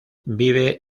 vive